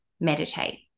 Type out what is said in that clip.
meditate